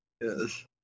Yes